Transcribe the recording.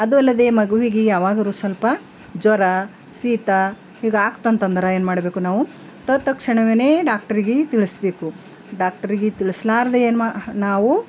ಅದು ಅಲ್ಲದೇ ಮಗುವಿಗೆ ಯಾವಾಗಲೊ ಸ್ವಲ್ಪ ಜ್ವರ ಶೀತ ಹೀಗಾಗ್ತಂತಂದ್ರೆ ಏನ್ಮಾಡ್ಬೇಕು ನಾವು ತತಕ್ಷಣವೇನೆ ಡಾಕ್ಟ್ರಿಗೆ ತಿಳಿಸಬೇಕು ಡಾಕ್ಟ್ರಿಗೆ ತಿಳಸಲಾರ್ದೆ ಏನೂ ಮಾ ನಾವು